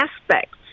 aspects